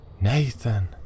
Nathan